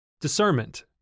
Discernment